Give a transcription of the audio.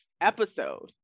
episode